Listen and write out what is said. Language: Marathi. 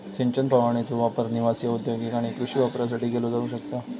सिंचन फवारणीचो वापर निवासी, औद्योगिक आणि कृषी वापरासाठी केलो जाऊ शकता